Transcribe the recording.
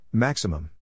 Maximum